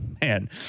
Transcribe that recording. man